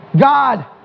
God